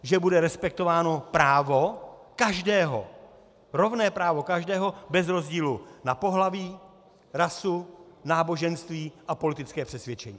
Že bude respektováno právo každého, rovné právo každého bez rozdílu na pohlaví, rasu, náboženství a politické přesvědčení.